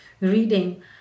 reading